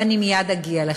ואני מייד אגיע לכך.